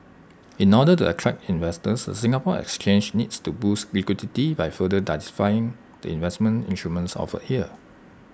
in order to attract investors the Singapore exchange needs to boost liquidity by further diversifying the investment instruments offered here